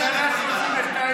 בממשלה השלושים-ושתיים,